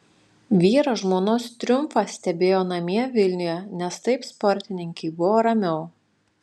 vyras žmonos triumfą stebėjo namie vilniuje nes taip sportininkei buvo ramiau